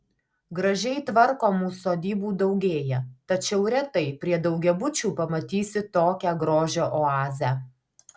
gražiai tvarkomų sodybų daugėja tačiau retai prie daugiabučių pamatysi tokią grožio oazę